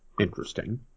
interesting